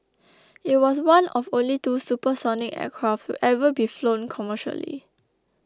it was one of only two supersonic aircraft to ever be flown commercially